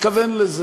התכוון לזה.